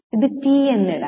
അത് T എന്ന് ഇടാം